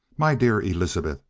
my dear elizabeth,